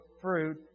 fruit